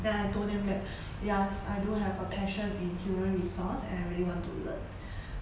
then I told them that yes I do have a passion in human resource and I really want to learn